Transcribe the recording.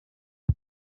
iki